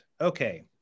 Okay